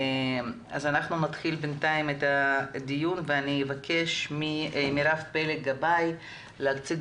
אנחנו נתחיל את הדיון ואבקש ממירב פלג גבאי להציג